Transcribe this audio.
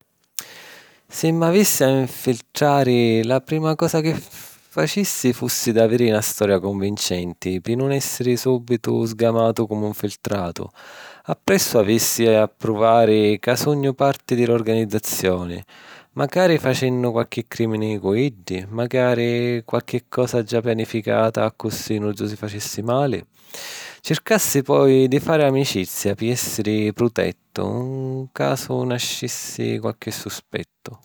Si m'avissi a nfiltrari, la prima cosa chi facissi fussi d'aviri na storia cunvincenti pi nun èssiri sùbitu sgamatu comu infiltratu. Appressu avissi a pruvari ca sugnu parti di l'organizzazioni, macari facennu qualchi crìmini cu iddi, macari qualchi cosa già pianificata accussì nuddu si facissi mali. Circassi poi di fari amicizia pi èssiri prutettu, 'n casu nascissi qualchi suspettu.